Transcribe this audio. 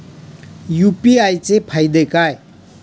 UPI चे फायदे काय?